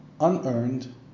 unearned